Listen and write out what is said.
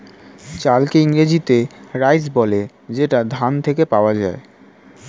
চালকে ইংরেজিতে রাইস বলে যেটা ধান থেকে পাওয়া যায়